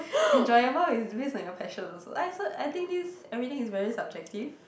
enjoyable is based on your passion also I so I think this everything is very subjective